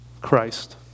Christ